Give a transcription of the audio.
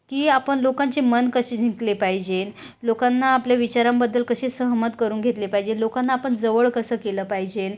की आपण लोकांचे मन कसे जिंकले पाहिजे लोकांना आपल्या विचारांबद्दल कसे सहमत करून घेतले पाहिजे लोकांना आपण जवळ कसं केलं पाहिजे